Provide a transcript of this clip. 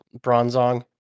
Bronzong